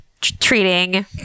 treating